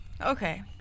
Okay